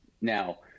Now